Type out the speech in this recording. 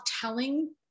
telling